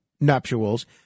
nuptials